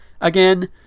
Again